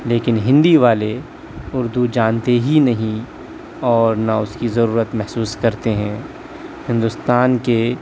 لیکن ہندی والے اردو جانتے ہی نہیں اور نہ اس کی ضرورت محسوس کرتے ہیں ہندوستان کے